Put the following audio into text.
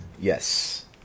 Yes